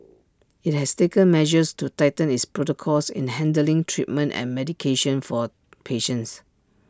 IT has taken measures to tighten its protocols in handling treatment and medication for patients